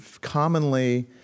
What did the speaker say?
commonly